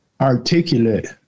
articulate